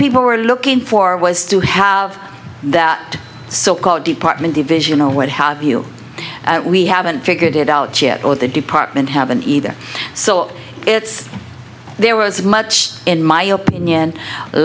people were looking for was to have that so called department division or what have you we haven't figured it out yet or the department haven't either so it's there was much in my opinion a